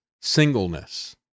singleness